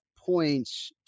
Points